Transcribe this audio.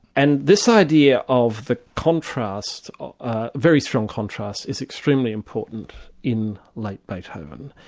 and this idea of the contrast, ah very strong contrast, is extremely important in late beethoven,